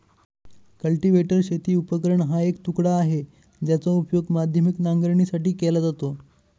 cultivator शेती उपकरण हा एक तुकडा आहे, ज्याचा उपयोग माध्यमिक नांगरणीसाठी केला जातो